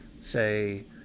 say